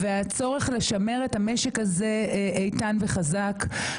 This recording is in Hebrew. והצורך לשמר את המשק הזה איתן וחזק.